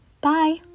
bye